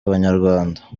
abanyarwanda